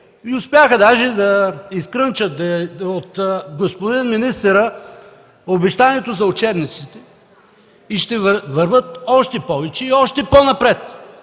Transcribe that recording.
и успяха даже да изкрънчат от господин министъра обещанието за учебниците. И ще вървят още повече и още по-напред.